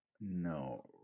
No